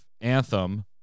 Anthem